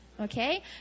okay